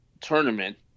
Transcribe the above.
tournament